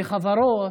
חברות,